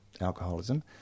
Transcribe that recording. alcoholism